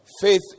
faith